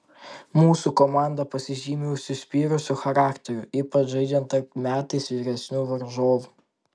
mūsų komanda pasižymi užsispyrusiu charakteriu ypač žaidžiant tarp metais vyresnių varžovų